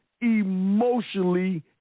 emotionally